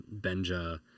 Benja